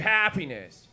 happiness